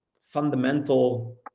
fundamental